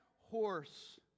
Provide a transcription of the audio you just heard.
horse